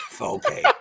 Okay